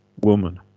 woman